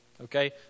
okay